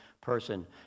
person